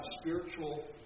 spiritual